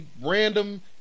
random